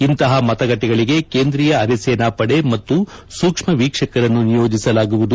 ಇಂತಪ ಮತಗಟ್ಟೆಗಳಿಗೆ ಕೇಂದ್ರೀಯ ಅರೆಸೇನಾ ಪಡೆ ಮತ್ತು ಸೂಕ್ಷ್ಮ ವೀಕ್ಷಕರನ್ನು ನಿಯೋಜಿಸಲಾಗುವುದು